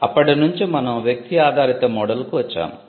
అప్పటి నుంచి మనం వ్యక్తి ఆధారిత మోడల్కు వచ్చాము